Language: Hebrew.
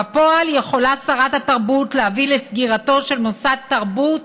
בפועל יכולה שרת התרבות להביא לסגירתו של מוסד תרבות